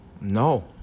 No